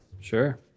Sure